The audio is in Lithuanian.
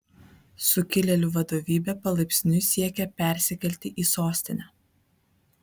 sukilėlių vadovybė palaipsniui siekia persikelti į sostinę